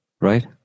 right